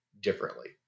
differently